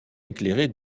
éclairés